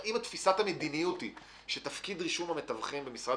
אם תפיסת המדיניות היא שתפקיד רישום המתווכים במשרד